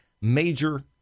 major